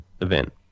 event